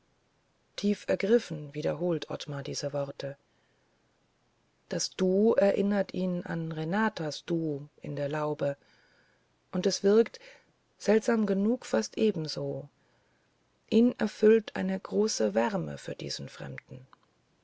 tief ergriffen wiederholt ottmar diese worte das du erinnert ihn an renatas du in der laube und es wirkt seltsam genug fast ebenso ihn erfüllt eine große wärme für diesen fremden